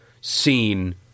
seen